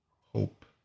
hope